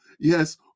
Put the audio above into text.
Yes